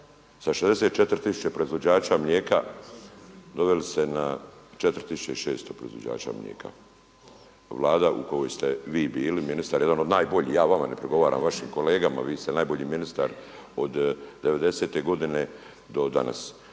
Sa 64 tisuće proizvođača mlijeka doveli ste na 4600 proizvođača mlijeka. Vlada u kojoj ste vi bili ministar jedan od najboljih, ja vama ne prigovaram, vašim kolegama, vi ste najbolji ministar od '90.-te godine do danas.